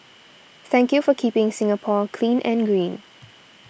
thank you for keeping Singapore clean and green